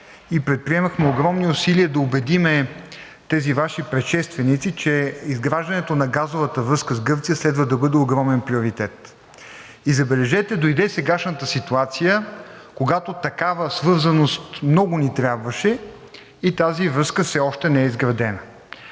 и предприемахме огромни усилия да убедим тези Ваши предшественици, че изграждането на газовата връзка с Гърция следва да бъде огромен приоритет. И забележете, дойде сегашната ситуация, когато такава свързаност много ни трябваше, и тази връзка все още не е изградена.